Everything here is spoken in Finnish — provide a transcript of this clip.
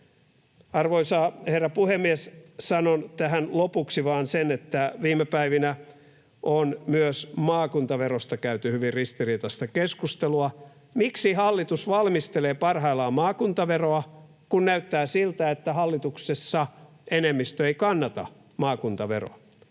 Arvoisa herra puhemies! Sanon tähän lopuksi vain, että viime päivinä on myös maakuntaverosta käyty hyvin ristiriitaista keskustelua. Miksi hallitus valmistelee parhaillaan maakuntaveroa, kun näyttää siltä, että hallituksessa enemmistö ei kannata maakuntaveroa?